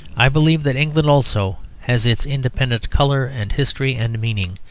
i believe that england also has its independent colour and history, and meaning.